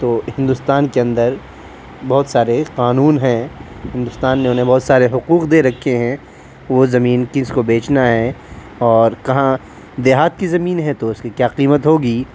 تو ہندوستان کے اندر بہت سارے قانون ہیں ہندوستان نے انہیں بہت سارے حقوق دے رکھے ہیں وہ زمین کس کو بیچنا ہے اور کہاں دیہات کی زمین ہے تو اس کی کیا قیمت ہوگی